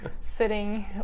sitting